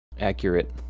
Accurate